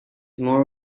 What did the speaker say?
more